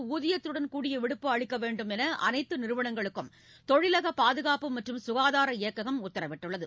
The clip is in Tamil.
ஊதியத்துடன் கூடிய விடுப்பு அளிக்க வேண்டும் என்று அனைத்து நிறுவனங்களுக்கும் தொழிலக பாதுகாப்பு மற்றும் சுகாதார இயக்ககம் உத்தரவிட்டுள்ளது